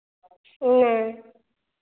नहीं